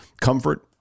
Comfort